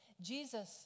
Jesus